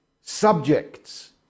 subjects